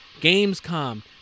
Gamescom